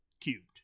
cubed